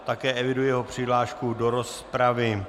Také eviduji jeho přihlášku do rozpravy.